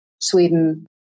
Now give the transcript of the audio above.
Sweden